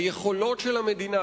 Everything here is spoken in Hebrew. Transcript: היכולת של המדינה,